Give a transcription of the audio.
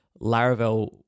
Laravel